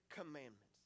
commandments